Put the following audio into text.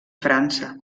frança